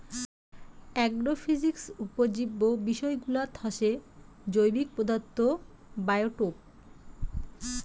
agrophysics উপজীব্য বিষয়গুলাত হসে জৈবিক পদার্থ, বায়োটোপ